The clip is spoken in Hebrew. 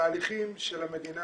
התהליכים של המדינה,